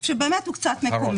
היושב ראש שבאמת הוא קצת מקומם.